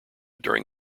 during